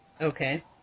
Okay